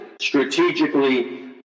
strategically